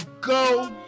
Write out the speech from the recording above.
go